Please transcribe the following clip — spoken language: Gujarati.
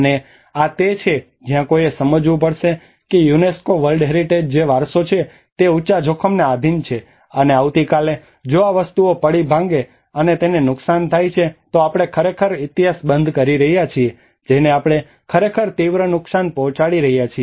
અને આ તે છે જ્યાં કોઈએ સમજવું પડશે કે યુનેસ્કો વર્લ્ડ હેરિટેજ જે વારસો છે તે ઉંચા જોખમને આધિન છે અને આવતી કાલે જો આ વસ્તુઓ પડી ભાંગે અને તેને નુકસાન થાય છે તો આપણે ખરેખર ઇતિહાસ બંધ કરી રહ્યા છીએ જેને આપણે ખરેખર તીવ્ર નુકસાન પહોંચાડી રહ્યા છીએ